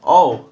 oh